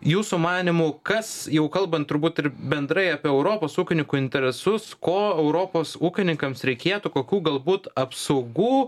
jūsų manymu kas jau kalbant turbūt ir bendrai apie europos ūkininkų interesus ko europos ūkininkams reikėtų kokių galbūt apsaugų